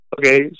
Okay